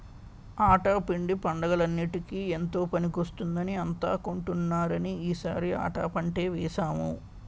ఆటా పిండి పండగలన్నిటికీ ఎంతో పనికొస్తుందని అంతా కొంటున్నారని ఈ సారి ఆటా పంటే వేసాము